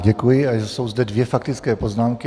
Děkuji a jsou zde dvě faktické poznámky.